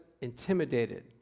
intimidated